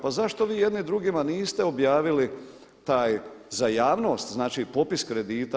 Pa zašto vi jedni drugima niste objavili taj za javnost znači popis kredita.